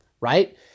right